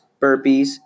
burpees